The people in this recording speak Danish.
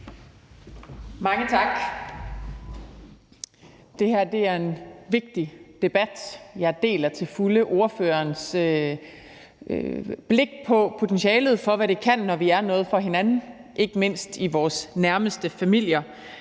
Mange tak. Det her er en vigtig debat. Jeg deler til fulde ordførerens blik på potentialet for, hvad det kan, når vi er noget for hinanden, ikke mindst i vores nærmeste familie.